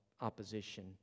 opposition